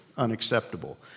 unacceptable